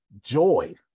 joy